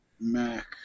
Mac